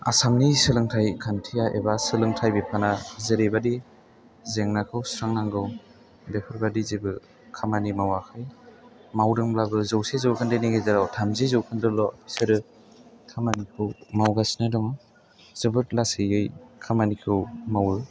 आसामनि सोलोंथाइ खान्थिया एबा सोलोंथाइ बिफाना जेरैबादि जेंनाखौ सुस्रांनांगौ बेफोरबादि जेबो खामानि मावाखै मावदोंब्लाबो जौसे जौखोन्दोनि गेजेराव थामजि जौखोन्दोल' बिसोरो खामानिखौ मावगासिनो दङ जोबोर लासैयै खामानिखौ मावो